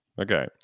Okay